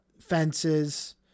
fences